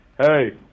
Hey